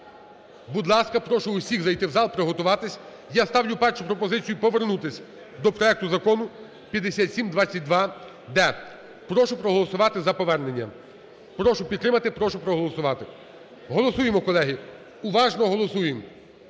Будь ласка, прошу всіх зайти в зал, приготуватися. Я ставлю першу пропозицію – повернутися до проекту Закону 5722-д. Прошу проголосувати за повернення. Прошу підтримати, прошу проголосувати. Голосуємо, колеги. Уважно голосуємо,